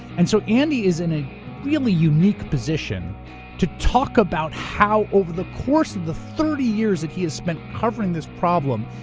and so andy is in a really unique position to talk about how, over the course of the thirty years that he has spent covering this problem,